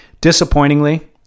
Disappointingly